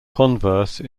converse